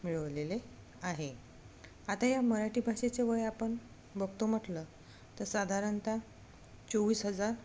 मिळवलेले आहे आता या मराठी भाषेचे वय आपण बघतो म्हटलं तर साधारणत चोवीस हजार